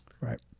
Right